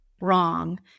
wrong